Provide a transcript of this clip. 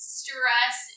stress